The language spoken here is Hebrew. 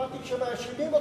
אמרתי: כשמאשימים אתכם בבגידה,